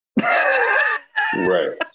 Right